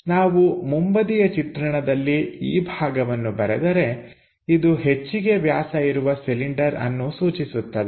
ನಾವು ಮುಂಬದಿಯ ಚಿತ್ರಣದಲ್ಲಿ ಈ ಭಾಗವನ್ನು ಬರೆದರೆ ಇದು ಹೆಚ್ಚಿಗೆ ವ್ಯಾಸ ಇರುವ ಸಿಲಿಂಡರ್ಅನ್ನು ಸೂಚಿಸುತ್ತದೆ